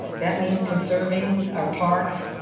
that means conserving our parks,